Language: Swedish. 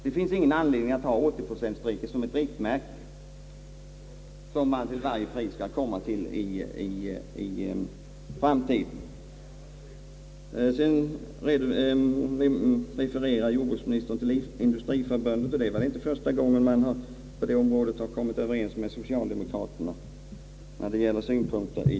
Det finns ingen anledning att använda 80-procentstrecket som ett riktmärke som man till varje Pris skall komma till i framtiden. Jordbruksministern refererade till Industriförbundet. Jag vill säga att detta inte är första gången som Industriförbundet kommit överens med socialdemokraterna i jordbruksfrågor.